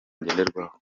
ngenderwaho